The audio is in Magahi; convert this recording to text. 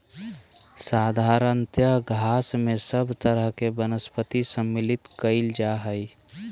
साधारणतय घास में सब तरह के वनस्पति सम्मिलित कइल जा हइ